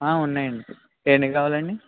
ఉన్నాయండి ఎన్ని కావాలండి